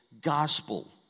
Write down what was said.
gospel